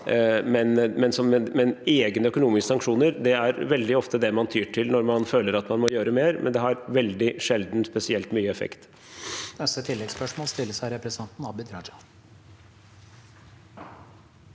nå. Egne økonomiske sanksjoner er veldig ofte det man tyr til når man føler at man må gjøre mer, men det har veldig sjelden spesielt mye effekt.